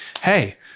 hey